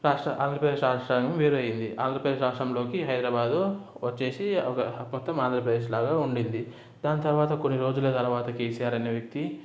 రాష్ట్ర ఆంధ్రప్రదేశ్ రాష్ట్రాన్ని వేరు అయింది ఆంధ్రప్రదేశ్ రాష్ట్రంలోకి హైదరాబాదు వచ్చేసి ఒక మొత్తం ఆంధ్రప్రదేశ్ లాగా ఉండేది దాని తరువాత కొన్ని రోజుల తరువాత కేసీఆర్ అనే వ్యక్తి